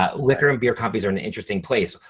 ah liquor and beer copies are an interesting place.